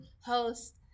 host